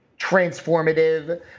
transformative